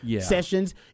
sessions